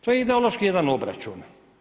To je ideološki jedan obračun.